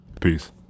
Peace